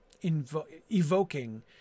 evoking